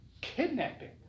kidnapping